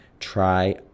try